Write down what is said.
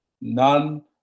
None